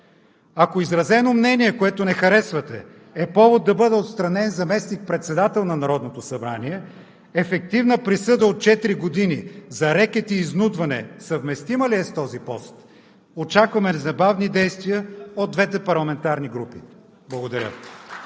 Ако изразено мнение, което не харесвате, е повод да бъде отстранен заместник-председател на Народното събрание, ефективна присъда от четири години за рекет и изнудване съвместима ли е с този пост?! Очакваме незабавни действия от двете парламентарни групи. Благодаря.